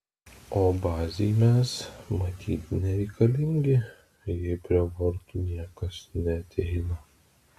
o bazei mes matyt nereikalingi jei prie vartų niekas neateina